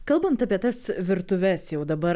kalbant apie tas virtuves jau dabar